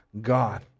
God